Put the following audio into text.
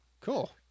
Cool